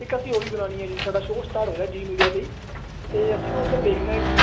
ਇੱਕ ਅਸੀਂ ਉਹ ਵੀ ਬਣਾਉਣੀ ਆ ਜੀ ਸਾਡਾ ਸ਼ੋਅ ਸਟਾਰਟ ਹੋ ਜਾਵੇ ਜੀ ਮੀਡੀਆ 'ਤੇ ਅਤੇ ਅਸੀਂ ਨਾ ਉੱਧਰ ਵੇਖਣਾ ਕਿ